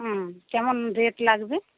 হুম কেমন রেট লাগবে